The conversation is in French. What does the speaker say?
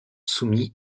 soumis